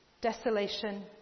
desolation